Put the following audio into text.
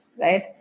Right